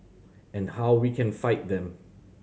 and how we can fight them